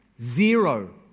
Zero